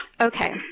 Okay